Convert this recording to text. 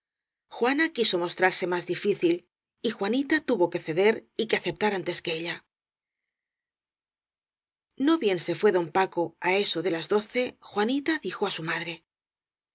juana quiso mos trarse más difícil y juanita tuvo que ceder y que aceptar antes que ella no bien se fué don paco á eso de las doce jua nita dijo á su madre